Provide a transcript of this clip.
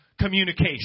communication